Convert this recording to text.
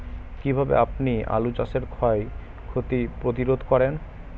কীভাবে আপনি আলু চাষের ক্ষয় ক্ষতি প্রতিরোধ করেন?